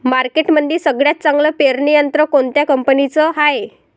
मार्केटमंदी सगळ्यात चांगलं पेरणी यंत्र कोनत्या कंपनीचं हाये?